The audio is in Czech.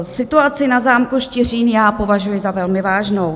Situaci na zámku Štiřín považuji za velmi vážnou.